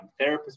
therapists